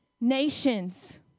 nations